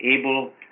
able